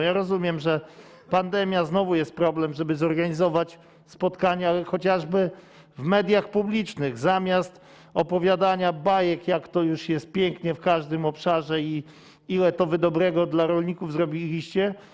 Ja rozumiem, że pandemia, znowu jest problem z tym, żeby zorganizować spotkania chociażby w mediach publicznych zamiast opowiadania bajek, jak to już jest pięknie w każdym obszarze i ile to wy dobrego dla rolników zrobiliście.